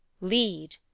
Lead